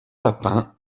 papin